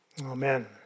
Amen